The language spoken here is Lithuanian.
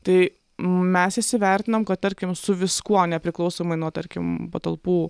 tai mes įsivertinom kad tarkim su viskuo nepriklausomai nuo tarkim patalpų